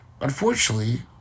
...unfortunately